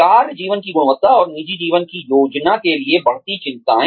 कार्य जीवन की गुणवत्ता और निजी जीवन की योजना के लिए बढ़ती चिंताएँ